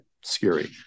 scary